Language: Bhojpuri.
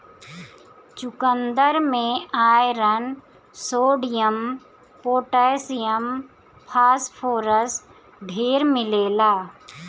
चुकन्दर में आयरन, सोडियम, पोटैशियम, फास्फोरस ढेर मिलेला